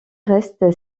reste